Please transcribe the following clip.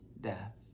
death